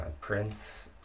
Prince